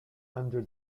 under